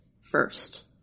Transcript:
first